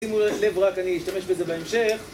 שימו לב, רק אני אשתמש בזה בהמשך.